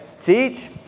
Teach